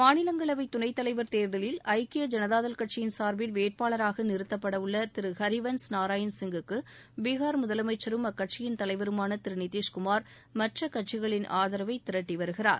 மாநிலங்களவை துணைத்தலைவா் தேர்தலில் ஐக்கிய ஜனதாதள் கட்சியின் சார்பில் வேட்பாளராக நிறுத்தப்பட உள்ள திரு வஹிவன்ஸ் நாராயண்சிங்குக்கு பீகார் முதலமைச்சரும் ஐக்கிய ஜனதாதள் தலைவருமான திரு நிதிஷ்குமார் மற்ற கட்சிகளின் ஆதரவைத் திரட்டி வருகிறார்